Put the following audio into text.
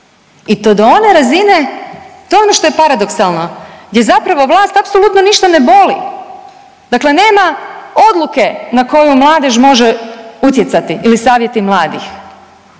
i to do one razine, to je ono što je paradoksalno gdje vlast apsolutno ništa ne boli. Dakle, nema odluke na koju mladež može utjecati ili savjeti mladih.